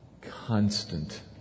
constant